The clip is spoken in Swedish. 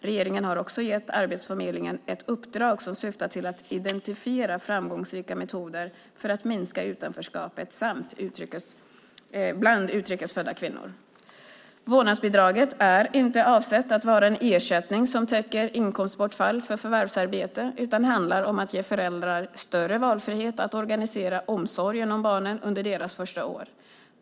Regeringen har också gett Arbetsförmedlingen ett uppdrag som syftar till att identifiera framgångsrika metoder för att minska utanförskapet bland utrikes födda kvinnor. Vårdnadsbidraget är inte avsett att vara en ersättning som täcker inkomstbortfall för förvärvsarbete, utan handlar om att ge föräldrar större valfrihet att organisera omsorgen om barnen under deras första år.